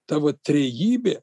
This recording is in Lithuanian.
ta vat trejybė